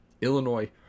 Illinois